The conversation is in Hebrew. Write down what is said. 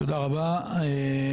תודה רבה,